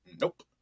nope